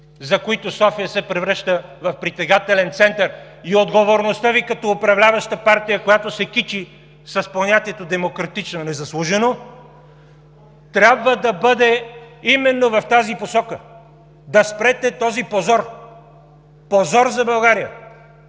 за които София се превръща в притегателен център. И отговорността Ви като управляваща партия, която се кичи с понятието „демократична“ незаслужено, трябва да бъде именно в тази посока – да спрете този позор, позор за България!